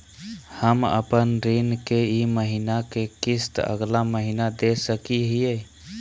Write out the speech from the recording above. हम अपन ऋण के ई महीना के किस्त अगला महीना दे सकी हियई?